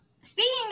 speaking